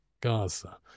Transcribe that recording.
Gaza